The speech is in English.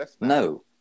no